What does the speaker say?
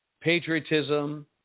patriotism